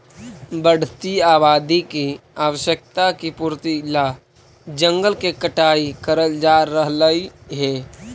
बढ़ती आबादी की आवश्यकता की पूर्ति ला जंगल के कटाई करल जा रहलइ हे